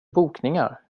bokningar